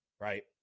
Right